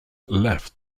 left